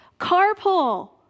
Carpool